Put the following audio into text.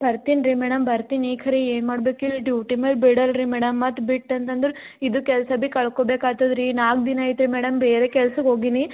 ಬರ್ತೀನಿ ರೀ ಮೇಡಮ್ ಬರ್ತೀನಿ ಖರೇ ಏನು ಮಾಡ್ಬೇಕು ಹೇಳಿ ಡ್ಯೂಟಿ ಮೇಲೆ ಬಿಡೋಲ್ಲ ರೀ ಮೇಡಮ್ ಮತ್ತು ಬಿಟ್ಟು ಅಂತಂದ್ರೆ ಇದು ಕೆಲಸ ಬಿ ಕಳ್ಕೊಬೇಕು ಆಗ್ತದ್ ರೀ ನಾಲ್ಕು ದಿನ ಆಯ್ತು ರೀ ಮೇಡಮ್ ಬೇರೆ ಕೆಲ್ಸಕ್ಕೋಗಿನಿ